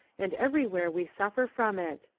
and everywhere we suffer from it.